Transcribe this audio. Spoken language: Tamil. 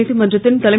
நீதிமன்றத்தின் தலைமை